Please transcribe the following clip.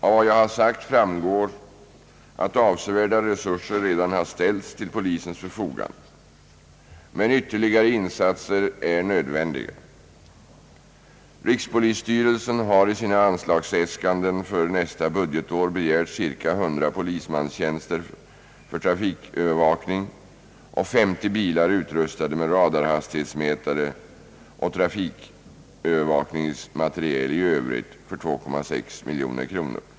Av vad jag har sagt framgår att avsevärda resurser redan har ställts till polisens förfogande. Ytterligare insatser är emellertid nödvändiga. Rikspolisstyrelsen har i sina anslagsäskanden för budgetåret 1968/69 begärt bl.a. 100 polismanstjänster för trafikövervakning och 50 bilar utrustade med radarhastighetsmätare samt trafikövervakningsmateriel i övrigt för 2,6 milj.kr.